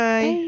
Bye